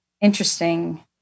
interesting